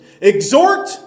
Exhort